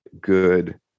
good